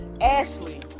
Ashley